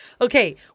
okay